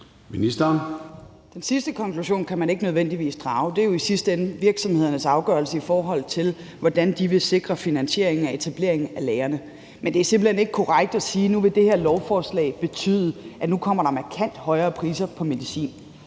Den sidste konklusion kan man ikke nødvendigvis drage. Det er jo i sidste ende virksomhedernes afgørelse, i forhold til hvordan de vil sikre finansieringen af etableringen af lagrene. Men det er simpelt hen ikke korrekt at sige, at det her lovforslag vil betyde, at der nu kommer markant højere priser på medicin.